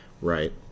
Right